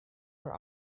were